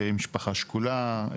משפחה שכולה,